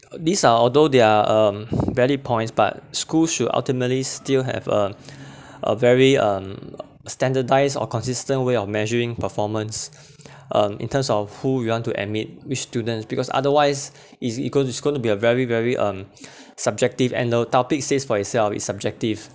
these are although they are um valid points but schools should ultimately still have uh a very um standardised or consistent way of measuring performance um in terms of who you want to admit which students because otherwise it it's going it's going to be a very very um subjective and the topic says for itself is subjective